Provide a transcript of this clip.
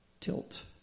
tilt